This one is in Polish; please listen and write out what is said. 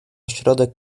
środek